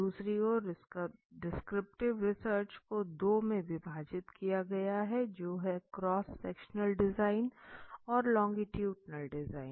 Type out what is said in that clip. दूसरी ओर descriptive research को दो में विभाजित किया गया जो है क्रॉस सेक्शनल डिजाइन और लोंगीटुडनल डिजाइन